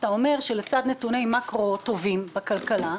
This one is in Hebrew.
אתה אומר שלצד נתוני מאקרו טובים בכלכלה,